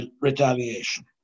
retaliation